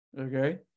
okay